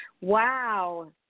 Wow